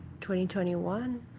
2021